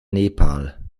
nepal